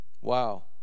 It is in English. Wow